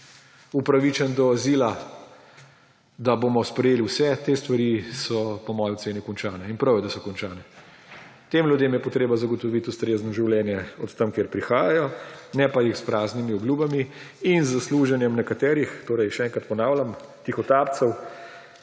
upravičen do azila, da bomo sprejeli vse te stvari, so po moji oceni končane. In prav je, da so končane. Tem ljudem je potrebno zagotoviti ustrezno življenje tam, od koder prihajajo, ne pa jih s praznimi obljubami in s služenjem nekaterih, torej še enkrat ponavljam, tihotapcev,